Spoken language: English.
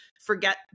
forget